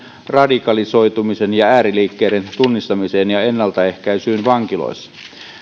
radikalisoitumisen ja ääriliikkeiden tunnistamiseen ja ennaltaehkäisyyn vankiloissa